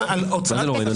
זה לא נכון.